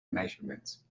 measurements